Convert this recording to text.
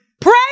Pray